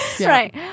Right